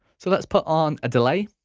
so let's put on a delay.